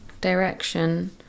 direction